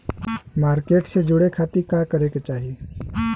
Market से जुड़े खाती का करे के चाही?